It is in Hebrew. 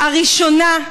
הראשונה,